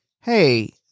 hey